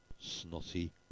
snotty